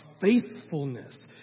faithfulness